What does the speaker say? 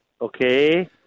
Okay